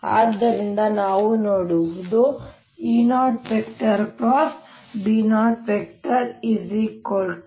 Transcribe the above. ಆದ್ದರಿಂದ ನಾವು ನೋಡುವುದು E0 B0 i